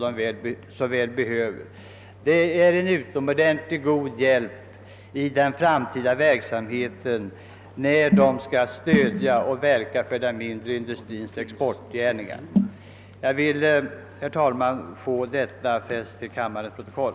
Det blir en utomordentlig insats för det framtida stödet till den mindre industrins: exportgärning. "Jag har, herr talman, velat få denna uppfattning redovisad i kammarens protokoll.